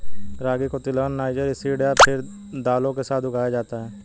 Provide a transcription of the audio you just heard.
रागी को तिलहन, niger seed या फिर दालों के साथ उगाया जाता है